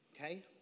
Okay